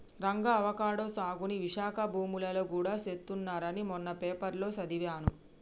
Ranga avocado సాగుని విశాఖ భూములలో గూడా చేస్తున్నారని మొన్న పేపర్లో సదివాను